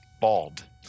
bald